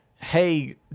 Hey